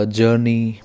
journey